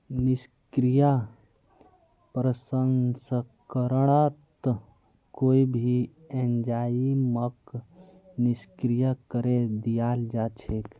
निष्क्रिय प्रसंस्करणत कोई भी एंजाइमक निष्क्रिय करे दियाल जा छेक